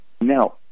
Now